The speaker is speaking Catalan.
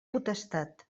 potestat